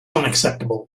unacceptable